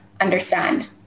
understand